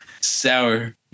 Sour